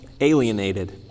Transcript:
alienated